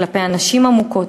כלפי הנשים המוכות.